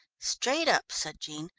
straight up, said jean.